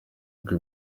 bwe